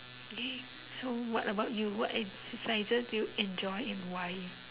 !yay! so what about you what exercises do you enjoy and why